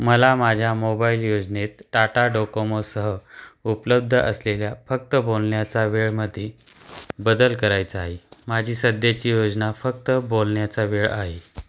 मला माझ्या मोबाईल योजनेत टाटा डोकोमोसह उपलब्ध असलेल्या फक्त बोलण्याचा वेळमध्ये बदल करायचा आहे माझी सध्याची योजना फक्त बोलण्याचा वेळ आहे